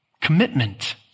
commitment